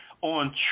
on